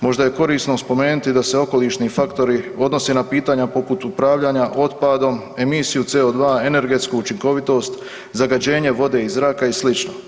Možda je korisno spomenuti da se okolišni faktori odnose na pitanja poput upravljanja otpadom, emisiju CO2, energetsku učinkovitost, zagađenje vode i zraka i sl.